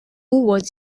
was